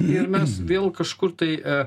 ir mes vėl kažkur tai